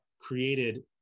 created